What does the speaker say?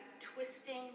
twisting